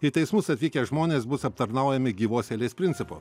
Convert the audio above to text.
į teismus atvykę žmonės bus aptarnaujami gyvos eilės principu